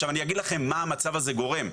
עכשיו, אני אגיד לכם מה המצב הזה גורם.